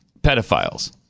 pedophiles